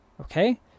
Okay